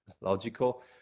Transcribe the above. logical